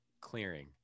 clearing